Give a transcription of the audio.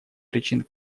причин